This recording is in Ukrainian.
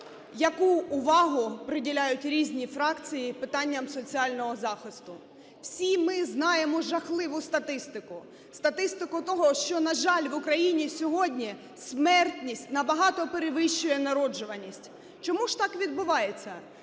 яку увагу приділяють різні фракції питанням соціального захисту. Всі ми знаємо жахливу статистику, статистику того, що, на жаль, в Україні сьогодні смертність набагато перевищує народжуваність. Чому ж так відбувається?